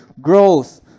growth